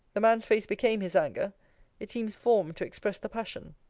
the man's face became his anger it seems formed to express the passion.